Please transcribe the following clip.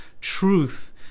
truth